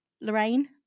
lorraine